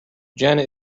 janet